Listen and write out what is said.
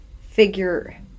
figure